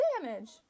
damage